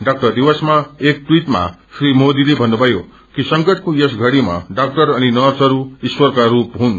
doctor दिवसमा एक ट्वीटमा श्री मोरीले भन्नुभयो कि संकटको यस षड्रीमा डाक्टर अनि नर्सहरू ईश्वरका स्रप हुन्